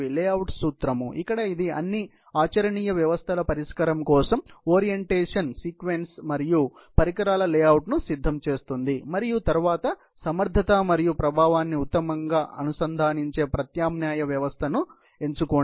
layout సూత్రం ఇక్కడ ఇది అన్ని ఆచరణీయ వ్యవస్థల పరిష్కారం కోసం ఓరియంటేషన్ సీక్వెన్స్ మరియు పరికరాల లేఅవుట్ను సిద్ధం చేస్తుంది మరియు తరువాత సమర్థత మరియు ప్రభావాన్ని ఉత్తమంగా అనుసంధానించే ప్రత్యామ్నాయ వ్యవస్థను ఎంచుకోండి